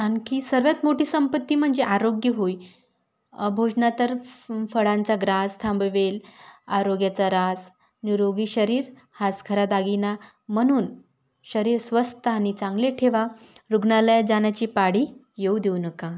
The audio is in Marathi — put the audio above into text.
आणखी सर्वात मोठी संपत्ती म्हणजे आरोग्य होय भोजनातर फ् फळांचा ग्रास थांबवेल आरोग्याचा राज निरोगी शरीर हाच खरा दागिना म्हणून शरीर स्वस्त आणि चांगले ठेवा रुग्णालयात जाण्याची पाळी येऊ देऊ नका